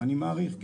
אני מעריך.